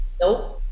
Nope